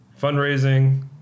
fundraising